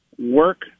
Work